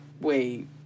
wait